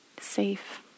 safe